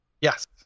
Yes